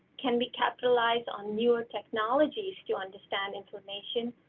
can we capitalize on newer technologies to understand inflammation,